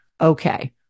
okay